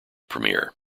premier